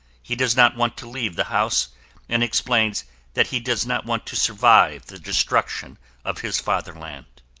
he does not want to leave the house and explains that he does not want to survive the destruction of his fatherland.